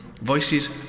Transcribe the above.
Voices